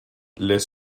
les